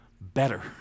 better